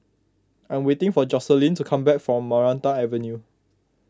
I am waiting for Joselyn to come back from Maranta Avenue